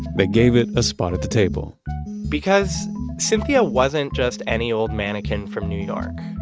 they gave it a spot at the table because cynthia wasn't just any old mannequin from new york.